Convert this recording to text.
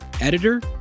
editor